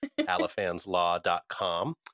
alifanslaw.com